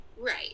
Right